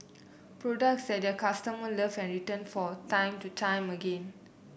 products that their customer love and return for time to time again